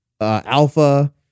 Alpha